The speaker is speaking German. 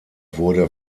wurde